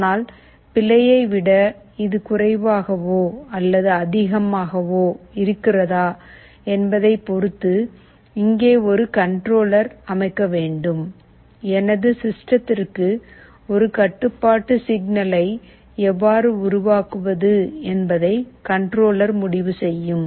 ஆனால் பிழையை விட இது குறைவாகவோ அல்லது அதிகமாகவோ இருக்கிறதா என்பதைப் பொறுத்து இங்கே ஒரு கண்ட்ரோலர் அமைக்க வேண்டும் எனது சிஸ்டத்திற்கு ஒரு கட்டுப்பாட்டு சிக்னலை எவ்வாறு உருவாக்குவது என்பதை கண்ட்ரோலர் முடிவு செய்யும்